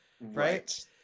Right